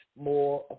more